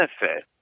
benefit